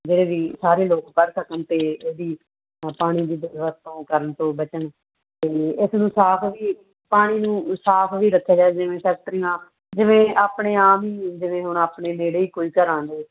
ਜਿਹੜੇ ਵੀ ਸਾਰੇ ਲੋਕ ਪੜ੍ਹ ਸਕਣ ਅਤੇ ਉਹਦੀ ਆਹਾ ਪਾਣੀ ਦੀ ਦੁਰਵਰਤੋਂ ਕਰਨ ਤੋਂ ਬਚਣ ਅਤੇ ਇਸ ਨੂੰ ਸਾਫ ਵੀ ਪਾਣੀ ਨੂੰ ਸਾਫ ਵੀ ਰੱਖਿਆ ਜਾਵੇ ਜਿਵੇਂ ਫੈਕਟਰੀਆਂ ਜਿਵੇਂ ਆਪਣੇ ਆਪ ਹੀ ਜਿਵੇਂ ਹੁਣ ਆਪਣੇ ਨੇੜੇ ਕੋਈ ਘਰਾਂ ਦੇ